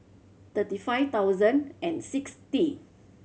thirty five thousand and sixty